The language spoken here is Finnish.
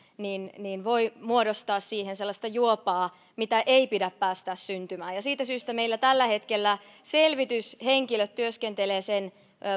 se voi muodostaa siihen sellaista juopaa mitä ei pidä päästää syntymään siitä syystä meillä tällä hetkellä selvityshenkilöt työskentelevät sen